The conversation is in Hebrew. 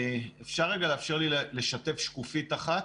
אני יכול לשתף שקופית אחת?